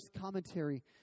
commentary